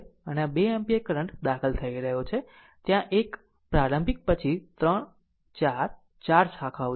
આમ આ 2 ampere current દાખલ થઈ રહ્યો છે ત્યાં 1 પ્રારંભિક પછી 3 4 4 શાખાઓ છે